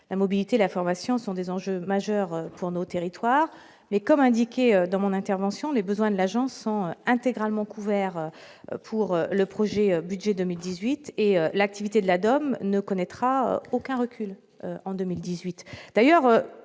la mobilité, la formation sont des enjeux majeurs pour nos territoires mais comme indiqué dans mon intervention, les besoins de l'agence sont intégralement couvert pour le projet, budget 2018 et l'activité de la Dome ne connaîtra aucun recul en 2018